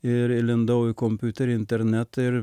ir įlindau į kompiuterį į internetą ir